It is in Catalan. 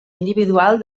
individual